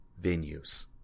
venues